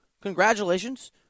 Congratulations